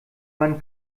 man